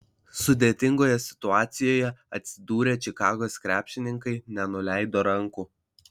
sudėtingoje situacijoje atsidūrę čikagos krepšininkai nenuleido rankų